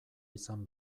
izan